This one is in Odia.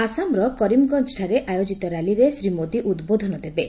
ଆସାମର କରିମଗଞ୍ଜଠାରେ ଆୟୋକ୍ତି ର୍ୟାଲିରେ ଶ୍ରୀ ମୋଦୀ ଉଦ୍ବୋଧନ ଦେବେ